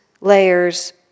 layers